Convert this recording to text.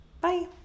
Bye